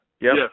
Yes